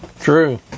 True